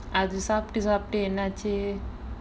அது சாப்பிட்டு சாப்பிட்டு என்ன ஆச்சு:athu saapttu saapttu enna aachu